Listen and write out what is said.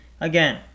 Again